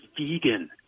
vegan